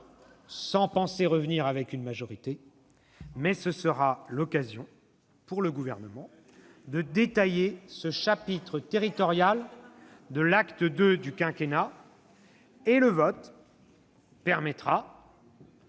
sans penser revenir avec une majorité. Mais ce sera l'occasion pour le Gouvernement de détailler ce chapitre territorial de l'acte II, et le vote permettra